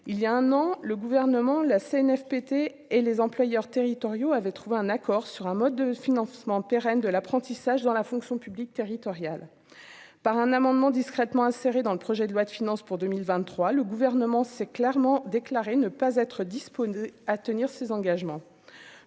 il y a un an le gouvernement là Cnfpt et les employeurs territoriaux avaient trouvé un accord sur un mode de financement pérenne de l'apprentissage dans la fonction publique territoriale, par un amendement discrètement insérée dans le projet de loi de finances pour 2023, le gouvernement s'est clairement déclaré ne pas être disposé à tenir ses engagements,